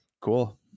Cool